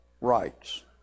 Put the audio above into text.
rights